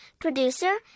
producer